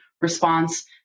response